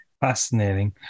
Fascinating